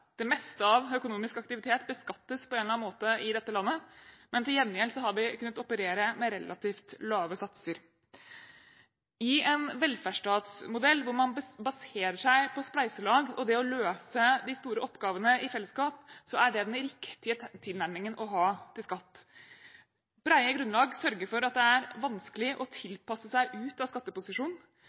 Det meste av økonomisk aktivitet beskattes på en eller annen måte i dette landet, men til gjengjeld har vi kunnet operere med relativt lave satser. I en velferdsstatsmodell, hvor man baserer seg på spleiselag og det å løse de store oppgavene i fellesskap, er det den riktige tilnærmingen å ha til skatt. Brede grunnlag sørger for at det er vanskelig å tilpasse seg ut av